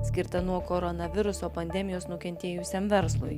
skirtą nuo koronaviruso pandemijos nukentėjusiam verslui